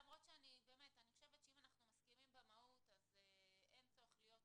למרות שאני באמת חושבת שאם אנחנו מסכימים במהות אז אין צורך להיות שם,